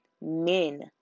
men